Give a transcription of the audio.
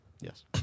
Yes